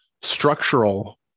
structural